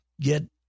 get